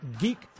geek